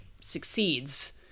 succeeds